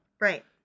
Right